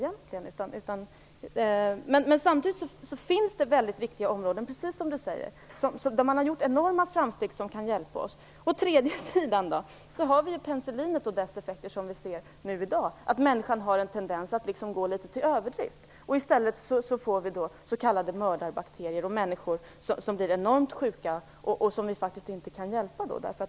Samtidigt finns det, precis som Peter Weibull Bernström säger, viktiga områden där man har gjort enorma framsteg som kan hjälpa oss. Till detta kommer då penicillinet och dess effekter. I dag ser vi att människan också har en tendens att gå till överdrift. På grund av för stor användning av penicillin har vi fått s.k. mördarbakterier, som människor blir enormt sjuka av, och dem kan vi då inte hjälpa.